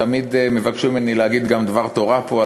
תמיד מבקשים ממני להגיד דבר תורה פה,